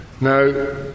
Now